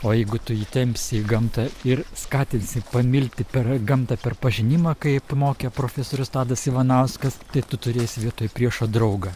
o jeigu tu jį tempsi į gamtą ir skatinsi pamilti per gamtą per pažinimą kaip mokė profesorius tadas ivanauskas tai tu turėsi vietoj priešo draugą